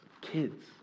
kids